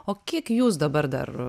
o kiek jūs dabar dar